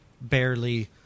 barely